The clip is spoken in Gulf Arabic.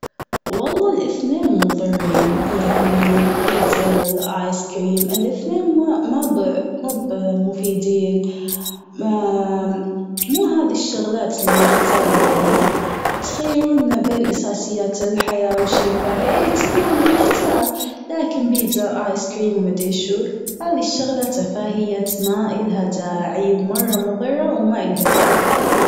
والله الأثنين مضرين يعني، بيتزا ولا ايس كريم الأثنين ما موب مفيدين. مو هذي الشغلات اللي نختار بينها تخيرونا بين أساسيات الحياة وشيء فعلي إيه تمام بنختار لكن بيتزا، ايس كريم، مدري شو؟ هذي الشغلات تفاهيات ما إلها داعي، مرة مضرة وما إلها داعي.